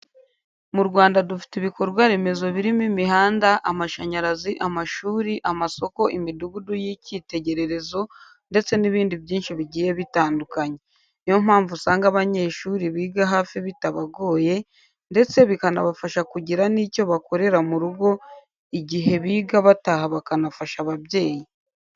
Mu Rwanda dufite ibikorwaremezo birimo imihanda, amashanyarazi, amashuri, amasoko, imidugudu y'ikitegererezo ndetse n'ibindi byinshi bigiye bitandukanye. Niyo mpamvu usanga abanyeshuri biga hafi bitabagoye ndetse bikanabafasha kugira nicyo bakorera mu rugo igihe biga bataha bakanafasha ababyeyi.